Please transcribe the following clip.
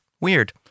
Weird